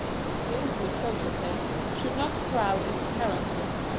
the intimate photoplay should not crowd its characters.